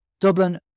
Dublin